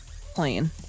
plain